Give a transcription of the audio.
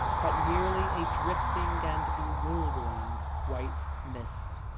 but merely a drifting and bewildering white mist.